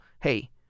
Hey